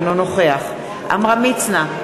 אינו נוכח עמרם מצנע,